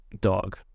dog